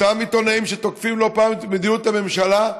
אותם עיתונאים שתוקפים לא פעם את מדיניות הממשלה,